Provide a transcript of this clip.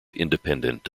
independent